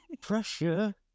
Pressure